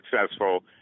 successful